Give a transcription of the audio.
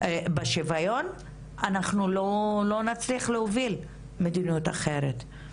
אנחנו לא נצליח להוביל מדיניות אחרת.